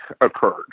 occurred